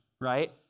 right